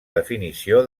definició